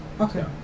Okay